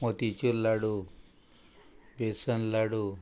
motichoor laddoo besan लाडू